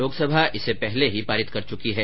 लोकसभा इसे पहले ही पारित कर चुकी है